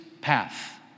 path